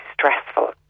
stressful